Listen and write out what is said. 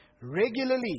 Regularly